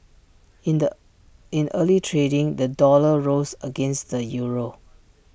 in the in early trading the dollar rose against the euro